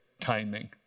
timing